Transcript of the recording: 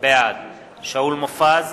בעד שאול מופז,